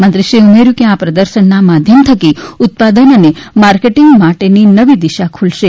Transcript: મંત્રીશ્રીએ ઉમેર્યું કે આ પ્રદર્શનના માધ્યમ થકી ઉત્પાદન અને માર્કેટિંગ માટેની નવી દિશા ખુલે છે